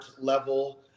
level